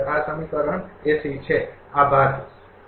આભાર